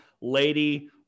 Lady